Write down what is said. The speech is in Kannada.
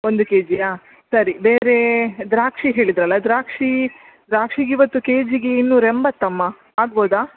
ಒಂದು ಕೆ ಜಿಯ ಸರಿ ಬೇರೆ ದ್ರಾಕ್ಷಿ ಹೇಳಿದ್ದರಲ್ಲ ದ್ರಾಕ್ಷಿ ದ್ರಾಕ್ಷಿಗೆ ಇವತ್ತು ಕೆ ಜಿಗೆ ಇನ್ನೂರು ಎಂಬತ್ತು ಅಮ್ಮ ಆಗ್ಬೌದಾ